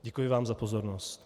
Děkuji vám za pozornost.